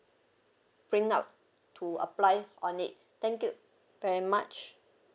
print out to apply on it thank you very much